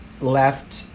left